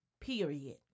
Period